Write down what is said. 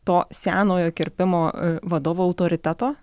to senojo kirpimo vadovo autoriteto